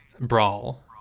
brawl